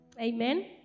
Amen